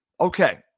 Okay